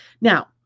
Now